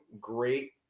great